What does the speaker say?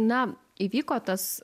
na įvyko tas